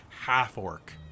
half-orc